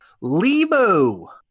Lebo